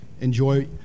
enjoy